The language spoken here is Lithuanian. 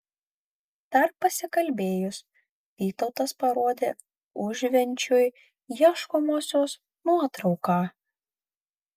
dar pasikalbėjus vytautas parodė užvenčiui ieškomosios nuotrauką